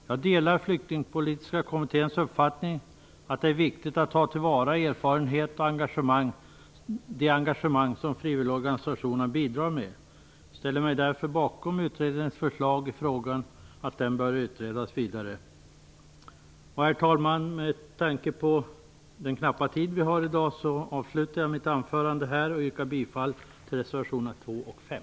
Jag delar Flyktingpolitiska kommitténs uppfattning att det är viktigt att ta till vara den erfarenhet och det engagemang som frivilligorganisationerna bidrar med. Jag ställer mig därför bakom utredningens förslag att frågan bör utredas vidare. Herr talman! Med tanke på den knappa tid vi har i dag, avslutar jag mitt anförande här och yrkar bifall till reservationerna 2 och 5.